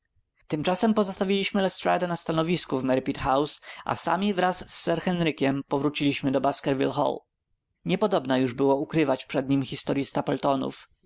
tymczasem pozostawiliśmy lestrada na stanowisku w merripit house a sami wraz z sir henrykiem wróciliśmy do baskerville hall niepodobna już było ukrywać przed nim historyi stapletonów